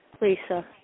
Lisa